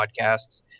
podcasts